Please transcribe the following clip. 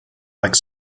like